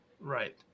Right